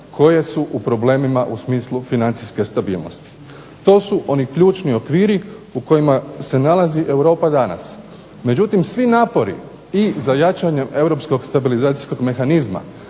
koje su u problemima u smislu financijske stabilnosti. To su oni ključni okviri u kojima se nalazi Europa danas. Međutim, svi napori i za jačanjem europskog stabilizacijskog mehanizma